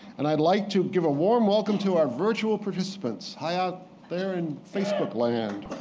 and i'd like to give a warm welcome to our virtual participants. hi out there in facebookland.